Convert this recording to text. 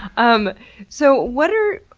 um so, what are,